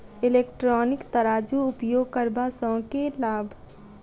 Electronic तराजू उपयोग करबा सऽ केँ लाभ?